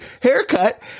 haircut